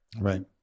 right